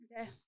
Okay